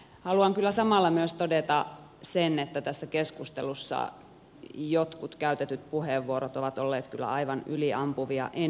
haluan kyllä samalla myös todeta sen että tässä keskustelussa jotkut käytetyt puheenvuorot ovat olleet kyllä aivan yliampuvia